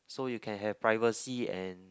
so you can have privacy and